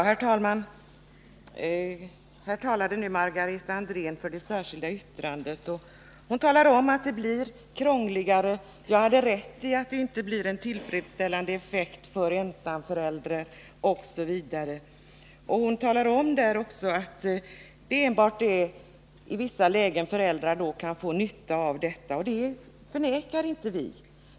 Herr talman! Margareta Andrén talade nu för det särskilda yttrandet. Hon talade om att det blir krångligare, att jag hade rätt i att det inte blir en tillfredsställande effekt för ensamföräldrar osv. Hon talade också om att det är enbart i vissa lägen som föräldrar kan få nytta av detta, och det förnekar vi inte.